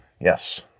Yes